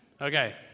Okay